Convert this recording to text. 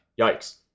yikes